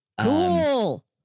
Cool